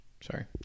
sorry